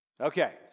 Okay